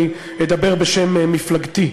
אני אדבר בשם מפלגתי,